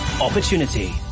Opportunity